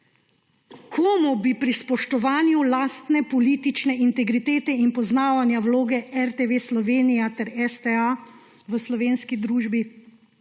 Komu bi pri spoštovanju lastne politične integritete in poznavanja vloge RTV Slovenija ter STA v slovenski družbi